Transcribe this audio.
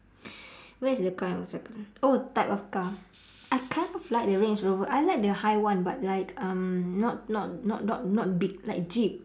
where's the kind oh type of car I kind of like the range rover I like the high one but like um not not not not not big like jeep